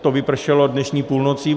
To vypršelo dnešní půlnocí.